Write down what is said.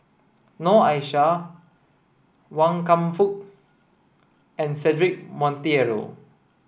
Noor Aishah Wan Kam Fook and Cedric Monteiro